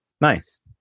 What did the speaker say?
nice